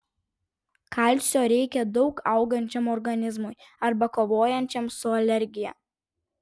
kalcio reikia daug augančiam organizmui arba kovojančiam su alergija